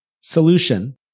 Solution